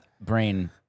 Brain